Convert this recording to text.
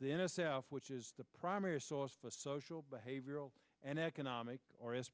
the n s f which is the primary source for social behavioral and economic or s